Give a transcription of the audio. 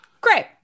great